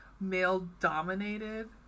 male-dominated